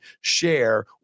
share